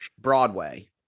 Broadway